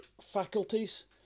faculties